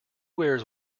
wears